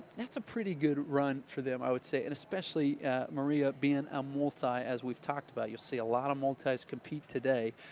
that's a pretty good run for them i would say and especially maria being a multi, as we've talked about. you'll see a lot of multis compete today.